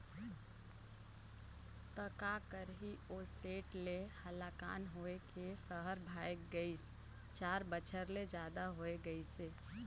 त का करही ओ सेठ ले हलाकान होए के सहर भागय गइस, चार बछर ले जादा हो गइसे